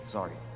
Sorry